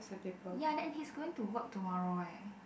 ya and he's going to work tomorrow eh